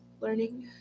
learning